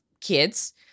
kids